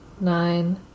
nine